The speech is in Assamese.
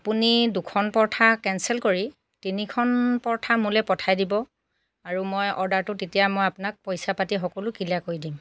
আপুনি দুখন পৰঠা কেনচেল কৰি তিনিখন পৰঠা মোলৈ পঠাই দিব আৰু মই অৰ্ডাৰটো তেতিয়া মই আপোনাক পইচা পাতি সকলো ক্লিয়াৰ কৰি দিম